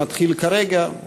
שמתחיל כרגע,